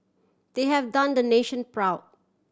they have done the nation proud